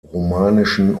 romanischen